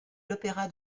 l’opéra